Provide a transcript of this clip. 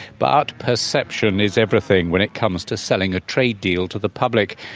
but perception is everything when it comes to selling a trade deal to the public,